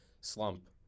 slump